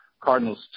Cardinals